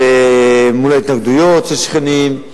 מול התנגדויות של שכנים,